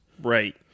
Right